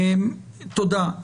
תודה.